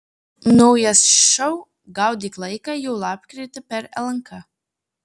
naujas šou gaudyk laiką jau lapkritį per lnk